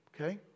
okay